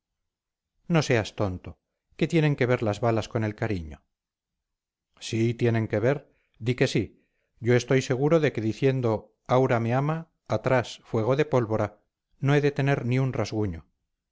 no no seas tonto qué tienen que ver las balas con el cariño sí tienen que ver di que sí yo estoy seguro de que diciendo aura me ama atrás fuego de pólvora no he de tener ni un rasguño